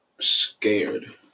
scared